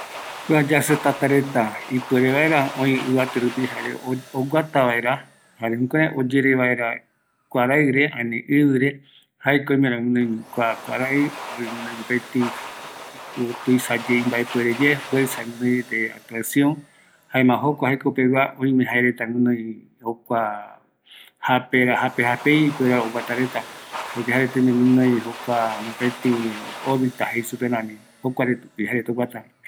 Kuareta yajɨtata oguata vareta, öïmeko jereta guinoi japei, orvita jei supeva, jokoropi jae reta oyere ävɨre, mbaetɨ aikua kïräiko övae reta japera, oime jokuapeguara oyemboevareta